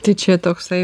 tai čia toksai